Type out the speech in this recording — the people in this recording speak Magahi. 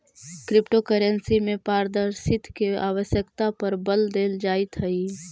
क्रिप्टो करेंसी में पारदर्शिता के आवश्यकता पर बल देल जाइत हइ